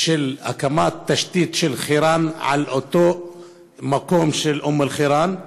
להקמת התשתית של חירן על אותו מקום של אום אלחיראן,